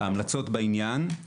ההמלצות בעניין זה הן: